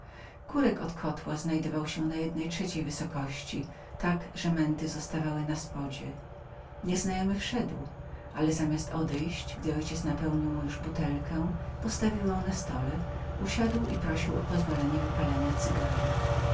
kurek od kotła znajdował się u spodu w jednej trzeciej wysokości tak że męty zawsze zostawały na spodzie nieznajomy wszedł i ojciec mój napełnił mu jego butelkę ale człowiek ten zamiast odejścia postawił butelkę na stole usiadł i prosił o pozwolenie wypalenia